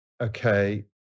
Okay